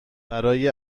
برای